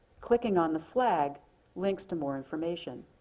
clicking on the flag links to more information.